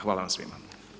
Hvala vam svima.